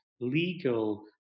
legal